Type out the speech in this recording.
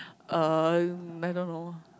uh I don't know